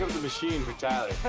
the machine for tyler.